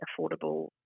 affordable